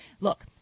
Look